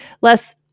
less